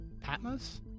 patmos